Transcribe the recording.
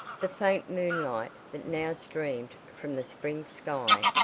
the faint moonlight, that now streamed from the spring sky,